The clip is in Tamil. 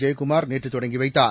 ஜெயக்குமார் நேற்று தொடங்கி வைத்தார்